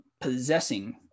possessing